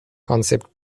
concept